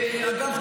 אגב,